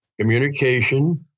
communication